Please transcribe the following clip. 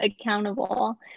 accountable